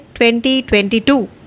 2022